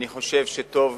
אני חושב שטוב